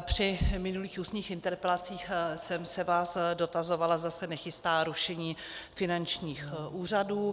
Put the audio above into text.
při minulých ústních interpelacích jsem se vás dotazovala, zda se nechystá rušení finančních úřadů.